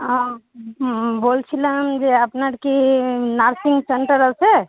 ও হুম বলছিলাম যে আপনার কি নার্সিং সেন্টার আছে